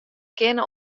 kinne